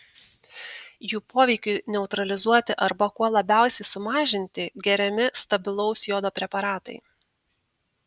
jų poveikiui neutralizuoti arba kuo labiausiai sumažinti geriami stabilaus jodo preparatai